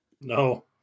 no